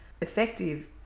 effective